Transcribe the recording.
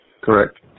Correct